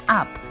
up